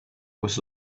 was